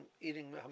eating